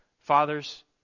Fathers